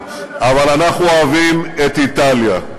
אבל אנחנו אוהבים את איטליה.